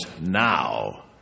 now